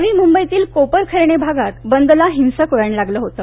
नवी मुंबईतील कोपरखैरणे भागात बंदला हिंसक वळण लागलं होत